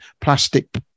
plastic